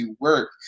work